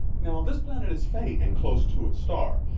now this planet is faint and close to its star.